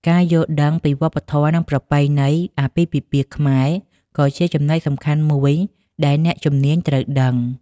ការយល់ដឹងពីវប្បធម៌ និងប្រពៃណីអាពាហ៍ពិពាហ៍ខ្មែរក៏ជាចំណុចសំខាន់មួយដែលអ្នកជំនាញត្រូវដឹង។